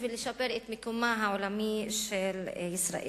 בשביל לשפר את מקומה העולמי של ישראל.